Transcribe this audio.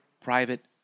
private